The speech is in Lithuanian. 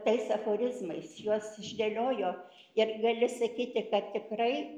tais aforizmais juos išdėliojo ir gali sakyti kad tikrai